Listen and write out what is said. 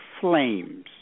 Flames